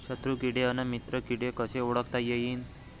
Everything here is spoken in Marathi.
शत्रु किडे अन मित्र किडे कसे ओळखता येईन?